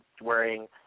wearing